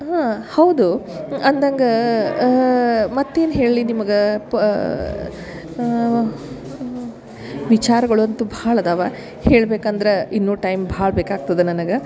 ಹೌದು ಅಂದಂಗ ಮತ್ತೇನು ಹೇಳಲಿ ನಿಮ್ಗ ಪ ವಿಚಾರ್ಗಳು ಅಂತು ಭಾಳ ಅದಾವ ಹೇಳ್ಬೇಕು ಅಂದ್ರ ಇನ್ನು ಟೈಮ್ ಭಾಳ ಬೇಕಾಗ್ತದೆ ನನ್ಗೆ